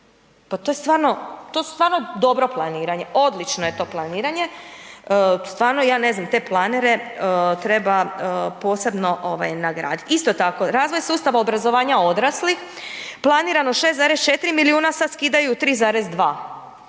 to je stvarno dobro planiranje, odlično je to planiranje. Stvarno ja ne znam, te planere treba posebno nagraditi. Isto tako, razvoj sustava obrazovanja odraslih, planirano 6,4 milijuna, sad skidaju 3,2.